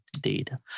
data